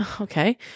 okay